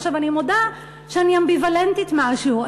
אני מודה שאני אמביוולנטית משהו,